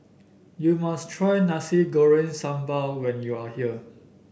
you must try Nasi Goreng Sambal when you are here